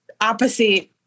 opposite